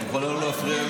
איזה מטורללים?